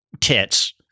tits